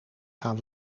gaan